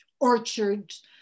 orchards